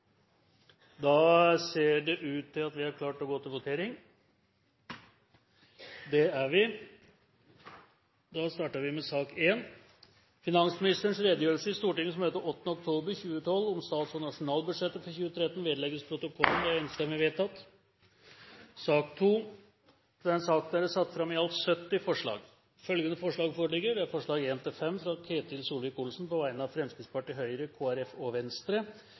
Da ser det ut til at vi er klare til å gå til votering. Under debatten er det satt fram i alt 70 forslag. Det er forslagene nr. 1–5, fra Ketil Solvik-Olsen på vegne av Fremskrittspartiet, Høyre, Kristelig Folkeparti og Venstre